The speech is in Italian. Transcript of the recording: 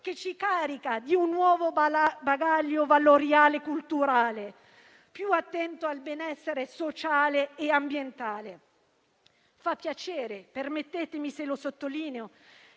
che ci carica di un nuovo bagaglio valoriale e culturale più attento al benessere sociale e ambientale. Fa piacere, permettetemi di sottolinearlo,